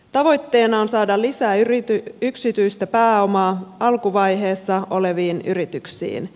tavoitteena on saada lisää yksityistä pääomaa alkuvaiheessa oleviin yrityksiin